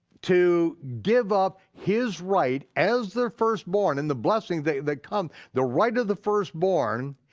to give up his right as their firstborn and the blessings that come, the rite of the firstborn,